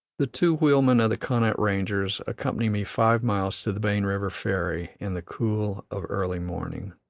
the two wheelmen of the connaught rangers, accompany me five miles to the bane river ferry, in the cool of early morning.